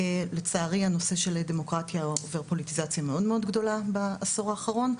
לצערי הנושא של דמוקרטיה עובר פוליטיזציה מאוד מאוד גדולה בעשור האחרון,